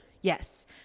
Yes